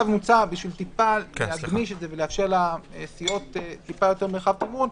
כדי להגמיש את זה קצת ולאפשר לסיעות קצת יותר מרחב תמרון,